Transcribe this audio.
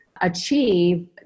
achieve